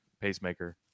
pacemaker